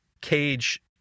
cage